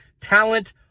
Talent